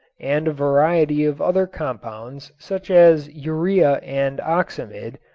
and a variety of other compounds such as urea and oxamid,